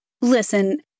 Listen